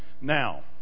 Now